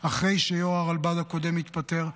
אחרי שיו"ר הרלב"ד הקודם התפטר,